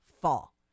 fall